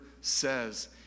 says